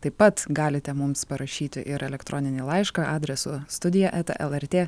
taip pat galite mums parašyti ir elektroninį laišką adresu studija eta lrt